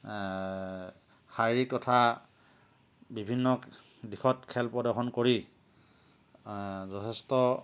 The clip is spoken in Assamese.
শাৰীৰিক তথা বিভিন্ন দিশত খেল প্ৰদৰ্শন কৰি যথেষ্ট